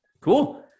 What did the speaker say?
cool